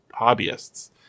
hobbyists